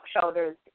shoulders